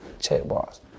Checkbox